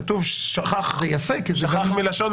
כתוב שכח מלשון